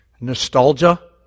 Nostalgia